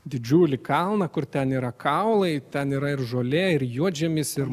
didžiulį kalną kur ten yra kaulai ten yra ir žolė ir juodžemis ir